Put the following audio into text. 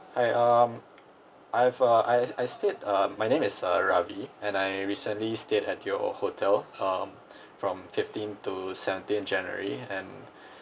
hi um I have uh I I stayed uh my name is uh Ravi and I recently stayed at your hotel um from fifteen to seventeen january and